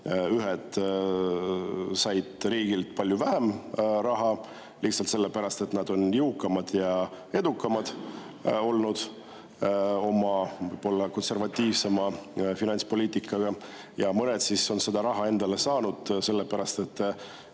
ühed said riigilt palju vähem raha lihtsalt sellepärast, et nad on jõukamad ja edukamad olnud võib-olla oma konservatiivsema finantspoliitika tõttu, ja mõned said raha endale sellepärast, et